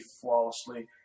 flawlessly